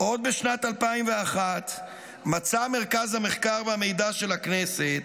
עוד בשנת 2001 מצא מרכז המחקר והמידע של הכנסת